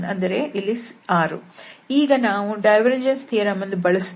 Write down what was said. ಈಗ ನಾವು divergence theorem ಅನ್ನು ಬಳಸುತ್ತೇವೆ